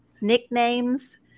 nicknames